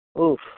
Oof